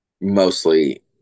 mostly